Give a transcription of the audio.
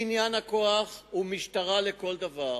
בניין הכוח הוא משטרה לכל דבר.